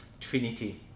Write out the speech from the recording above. Trinity